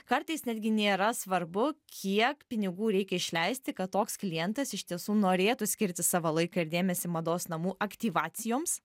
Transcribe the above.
kartais netgi nėra svarbu kiek pinigų reikia išleisti kad toks klientas iš tiesų norėtų skirti savo laiką ir dėmesį mados namų aktyvacijoms